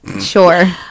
Sure